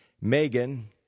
Megan